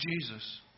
Jesus